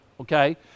okay